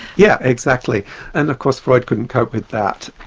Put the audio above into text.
yeah exactly and of course freud couldn't cope with that.